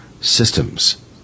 systems